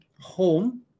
home